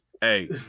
Hey